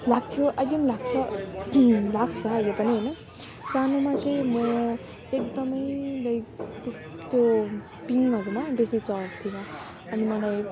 लाग्थ्यो अझै पनि लाग्छ लाग्छ अहिले पनि होइन सानोमा चाहिँ म एकदमै लाइक त्यो पिङहरूमा बेसी चढ्थेँ म अनि मलाई